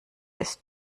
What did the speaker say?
ist